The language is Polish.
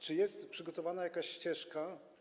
Czy jest przygotowana jakaś ścieżka?